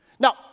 Now